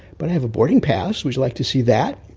but i have a boarding pass, would you like to see that?